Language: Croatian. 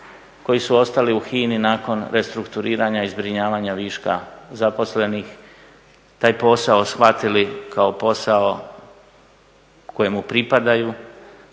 koji su ostali u HINA-i nakon restrukturiranja i zbrinjavanja viška zaposlenih taj posao shvatili kao posao kojemu pripadaju,